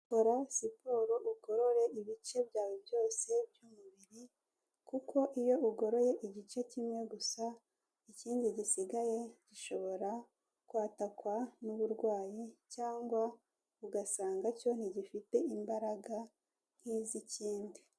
Kora siporo ugorore ibice byawe byose by'umubiri kuko iyo ugoroye igice kimwe gusa, ikindi gisigaye gishobora kwatakwa n'uburwayi cyangwa ugasanga cyo ntigifite imbaraga nk'iz'ikindi.